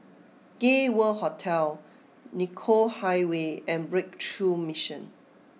Gay World Hotel Nicoll Highway and Breakthrough Mission